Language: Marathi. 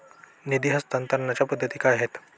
निधी हस्तांतरणाच्या पद्धती काय आहेत?